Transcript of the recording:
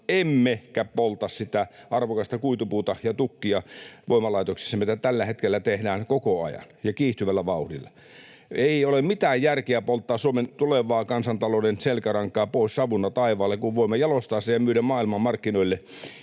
emmekä polta voimalaitoksissa arvokasta kuitupuuta ja tukkia, mitä tällä hetkellä tehdään koko ajan ja kiihtyvällä vauhdilla. Ei ole mitään järkeä polttaa Suomen kansantalouden tulevaa selkärankaa pois savuna taivaalle, kun voimme jalostaa sen, myydä maailmanmarkkinoille